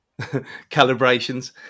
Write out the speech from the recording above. calibrations